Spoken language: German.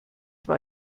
war